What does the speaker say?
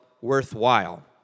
worthwhile